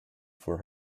for